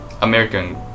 American